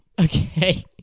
Okay